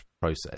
process